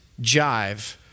jive